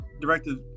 Directed